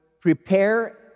prepare